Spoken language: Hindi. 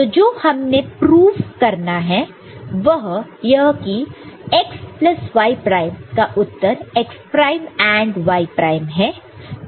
तो जो हमें प्रूव करना है वह यह कि x प्लस y प्राइम का उत्तर x prime AND y prime है